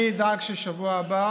אני אדאג שבשבוע הבא